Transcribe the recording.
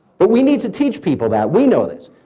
but we need to teach people that. we know this.